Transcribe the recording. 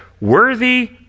Worthy